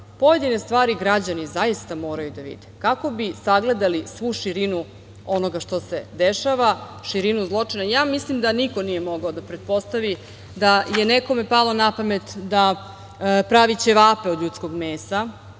pojedine stvari građani zaista moraju da vide, kako bi sagledali svu širinu onoga što se dešava, širinu zločina. Ja mislim da niko nije mogao da pretpostavi da je nekome palo na pamet da pravi ćevape od ljudskog mesa,